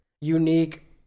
unique